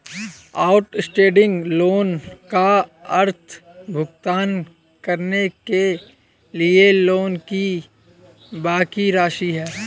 outstanding loan का अर्थ भुगतान करने के लिए लोन की बाकि राशि है